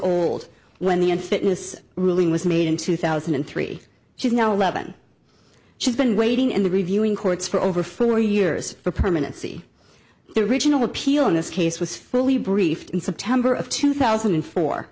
old when the end fitness ruling was made in two thousand and three she's now eleven she's been waiting in the reviewing courts for over four years for permanency the original appeal in this case was fully briefed in september of two thousand and four